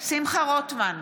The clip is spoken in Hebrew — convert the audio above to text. שמחה רוטמן,